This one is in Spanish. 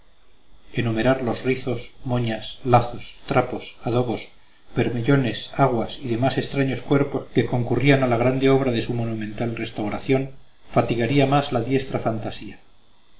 enumerar los rizos moñas lazos trapos adobos bermellones aguas y demás extraños cuerpos que concurrían a la grande obra de su monumental restauración fatigaría la más diestra fantasía